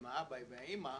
עם האב או האם,